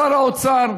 שר האוצר,